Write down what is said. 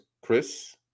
Chris